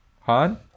Han